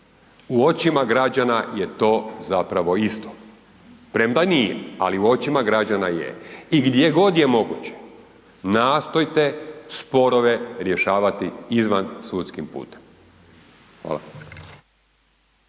u očima građana je to zapravo isto premda nije ali u očima građana je. I gdjegod je moguće, nastojte sporove rješavati izvansudskim putem. Hvala.